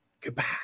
Goodbye